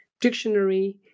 dictionary